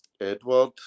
Edward